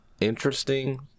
interesting